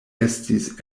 estis